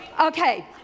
Okay